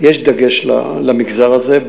ויש דגש למגזר הזה,